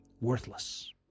worthless